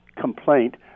complaint